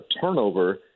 turnover